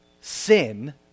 sin